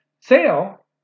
Sale